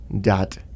dot